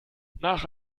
nach